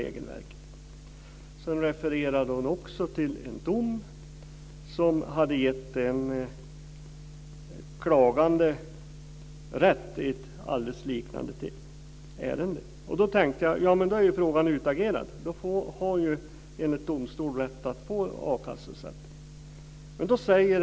Sedan refererade hon till en dom som hade gett den klagande rätt i ett alldeles liknande ärende. Då tänkte jag att frågan var utagerad. Personen hade rätt till a-kasseersättning enligt domstol.